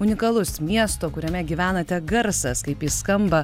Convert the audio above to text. unikalus miesto kuriame gyvenate garsas kaip jis skamba